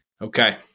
Okay